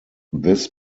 this